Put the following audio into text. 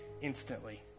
instantly